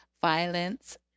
violence